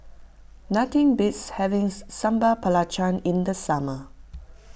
nothing beats having Sambal Belacan in the summer